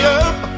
up